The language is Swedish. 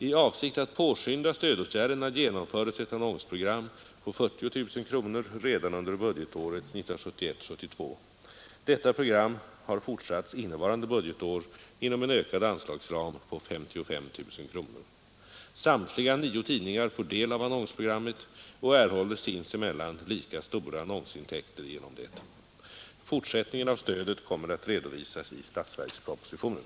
I avsikt att påskynda stödåtgärderna genomfördes ett annonsprogram på 40 000 kronor redan under budgetåret 1971/72. Detta program har fortsatts innevarande budgetår inom en ökad anslagsram på 55 000 kronor. Samtliga nio tidningar får del av annonsprogrammet och erhåller sinsemellan lika stora annonsintäkter genom det. Fortsättningen av stödet kommer att redovisas i statsverkspropositionen.